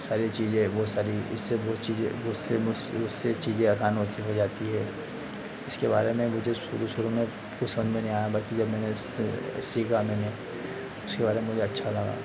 सारी चीज़ें बहुत सारी इससे बहुत चीज़ें मुझसे मुसे उससे चीज़ें आसान होत हो जाती हैं इसके बारे में मुझे शुरू शुरू में कुछ समझ में नहीं आया बाकी जब मैंने उस सीखा मैंने उसके बारे में मुझे अच्छा लगा